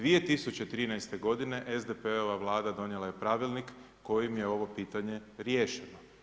2013. godine SDP-ova Vlada donijela je Pravilnik kojim je ovo pitanje riješeno.